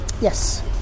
Yes